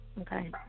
Okay